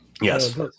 Yes